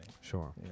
Sure